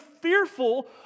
fearful